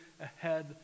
ahead